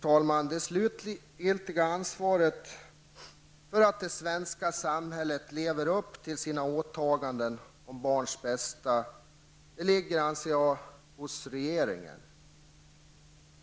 Det slutgiltiga ansvaret för att det svenska samhället lever upp till sina åtaganden om barns bästa ligger hos regeringen.